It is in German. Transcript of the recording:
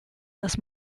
dass